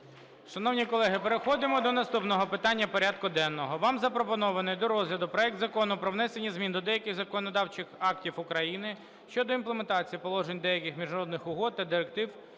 Шановні колеги, переходимо до наступного питання порядку денного. Вам запропонований до розгляду проект Закону про внесення змін до деяких законодавчих актів України (щодо імплементації положень деяких міжнародних угод та директив